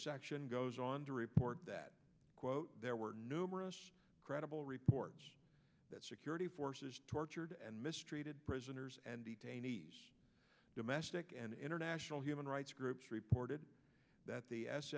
section goes on to report that quote there were numerous credible reports that security forces tortured and mistreated prisoners and detainees domestic and international human rights groups reported that the s